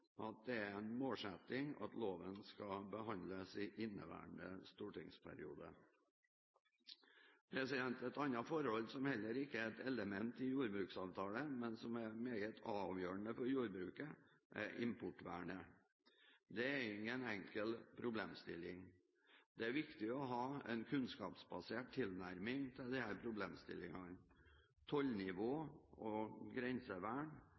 at det er en målsetting at loven skal behandles i inneværende stortingsperiode. Et annet forhold som heller ikke er et element i jordbruksavtalen, men som er meget avgjørende for jordbruket, er importvernet. Det er ingen enkel problemstilling. Det er viktig å ha en kunnskapsbasert tilnærming til disse problemstillingene. Tollnivå og grensevern